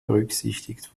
berücksichtigt